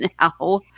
now